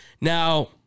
Now